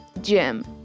gym